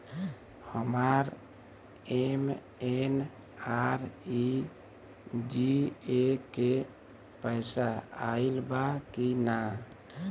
हमार एम.एन.आर.ई.जी.ए के पैसा आइल बा कि ना?